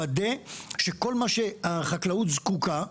לוודא שכל מה שהחקלאות זקוקה לו,